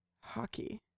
Hockey